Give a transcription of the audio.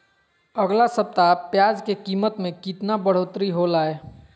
अगला सप्ताह प्याज के कीमत में कितना बढ़ोतरी होलाय?